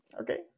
Okay